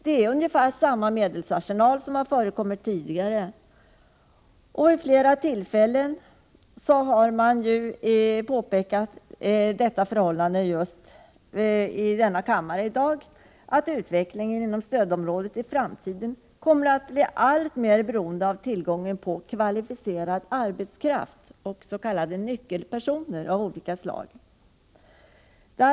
Det rör sig om ungefär samma medelsarsenal som förekommit tidigare. Vid flera tillfällen här i kammaren i dag har det också påpekats ati utvecklingen inom stödområdet i framtiden kommer att bli alltmer beroende av kvalificerad arbetskraft och s.k. nyckelpersoner av olika slag.